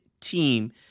team